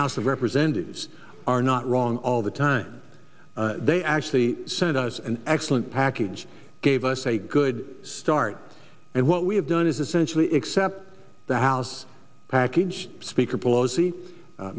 house of representatives are not wrong all the time they actually sent us an excellent package gave us a good start and what we have done is essentially except the house package speaker p